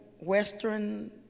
Western